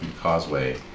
causeway